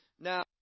Now